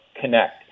connect